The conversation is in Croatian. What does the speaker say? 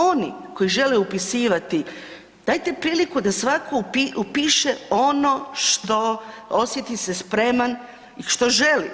Oni koji žele upisivati, dajte priliku da svatko upiše ono što osjeti se spreman i što želi.